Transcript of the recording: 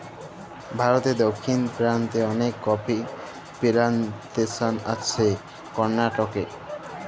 ভারতে দক্ষিণ পেরান্তে অলেক কফি পিলানটেসন আছে করনাটকে